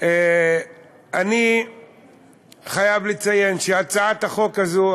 אני חייב לציין שהצעת החוק הזאת,